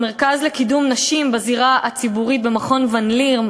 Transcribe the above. המרכז לקידום נשים בזירה הציבורית במכון ון-ליר,